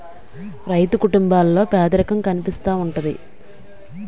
రైతు కుటుంబాల్లో పేదరికం కనిపిస్తా ఉంటది